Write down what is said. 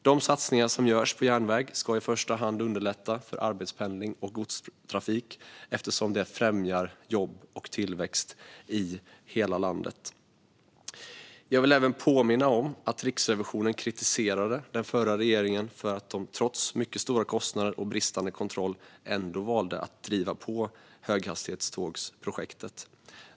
De satsningar som görs på järnväg ska i första hand underlätta för arbetspendling och godstrafik eftersom det främjar jobb och tillväxt i hela landet. Jag vill även påminna om att Riksrevisionen kritiserade den förra regeringen för att den trots mycket stora kostnader och bristande kontroll ändå valde att driva på höghastighetstågsprojektet.